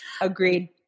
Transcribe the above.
Agreed